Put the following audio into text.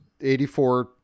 84